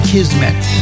Kismet